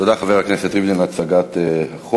תודה, חבר הכנסת ריבלין, על הצגת החוק.